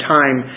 time